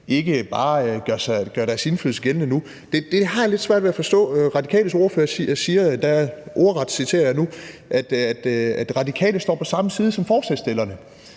ikke bare gør deres indflydelse gældende nu, har jeg lidt svært ved at forstå. Radikales ordfører siger, og jeg citerer det ordret nu, at Radikale står på samme side som forslagsstillerne